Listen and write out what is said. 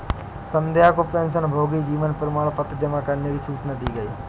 संध्या को पेंशनभोगी जीवन प्रमाण पत्र जमा करने की सूचना दी गई